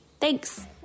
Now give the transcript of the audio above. Thanks